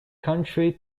country